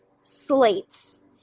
slates